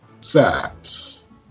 sex